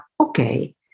okay